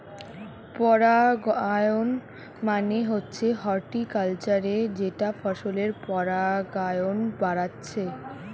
পরাগায়ন মানে হচ্ছে হর্টিকালচারে যেটা ফসলের পরাগায়ন বাড়াচ্ছে